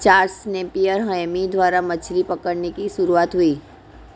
Charles Napier Hemy द्वारा मछली पकड़ने की शुरुआत हुई